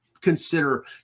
consider